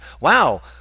wow